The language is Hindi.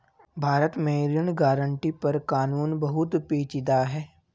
भारत में ऋण गारंटी पर कानून बहुत पेचीदा है